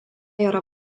yra